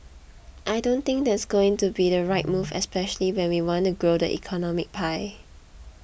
I don't think that's going to be the right move especially when we want to grow the economic pie